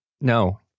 No